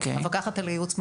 המפקחת על הייעוץ מעורבת,